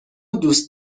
دوست